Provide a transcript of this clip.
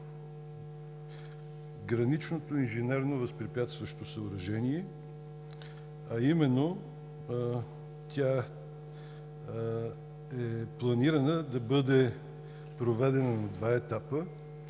граничното инженерно възпрепятстващо съоръжение, а именно, че е планирано да бъде проведена на два етапа.